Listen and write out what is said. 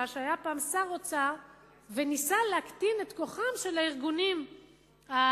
שהיה פעם שר אוצר וניסה להקטין את כוחם של הארגונים השונים,